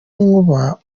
n’inkuba